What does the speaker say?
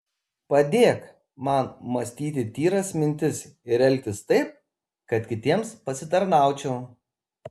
padėk man mąstyti tyras mintis ir elgtis taip kad kitiems pasitarnaučiau